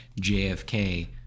jfk